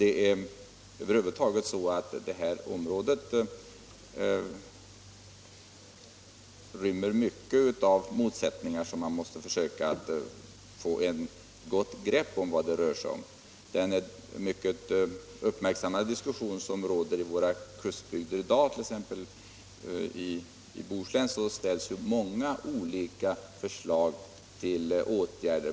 Det är över huvud taget så att detta område inrymmer mycket av motsättningar, och vi måste försöka få ett grepp om vad det gäller. I den uppmärksammade diskussion som i dag förekommer i våra kustbygder, t.ex. i Bohuslän, ställs många förslag till åtgärder.